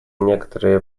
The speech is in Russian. некоторые